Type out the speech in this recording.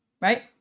right